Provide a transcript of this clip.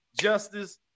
Justice